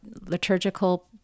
liturgical